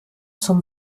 zum